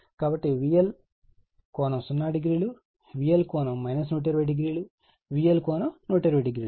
కాబట్టి VL ∠00 VL ∠ 1200 VL ∠1200